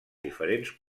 diferents